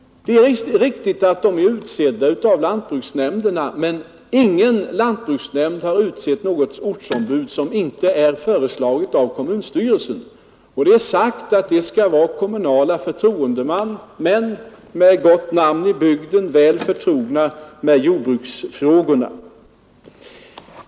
Det är riktigt att dessa ombud är utsedda av lantbruksnämnderna, men ingen lantbruksnämnd har utsett något ortsombud som inte har föreslagits av kommunstyrelsen. Det är också utsagt att ombuden skall vara kommunala förtroendemän med gott namn i bygden och väl förtrogna med jordbruksfrågorna.